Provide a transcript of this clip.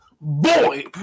Boy